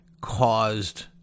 caused